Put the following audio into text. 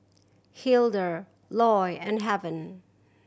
Hildur Loy and Heaven